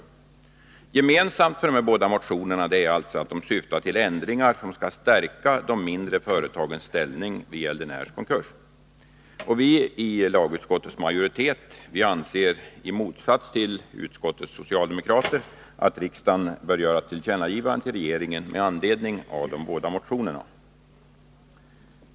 Gemensamt för de båda motionerna är alltså att de syftar till ändringar som skall stärka mindre företags ställning vid gäldenärs konkurs. Vi i lagutskottets majoritet anser i motsats till utskottets socialdemokrater att riksdagen bör göra ett tillkännagivande till regeringen med anledning av de båda motionerna.